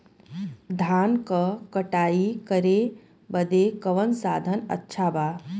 धान क कटाई करे बदे कवन साधन अच्छा बा?